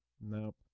Nope